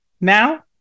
now